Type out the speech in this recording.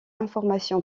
information